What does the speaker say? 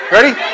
Ready